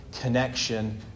connection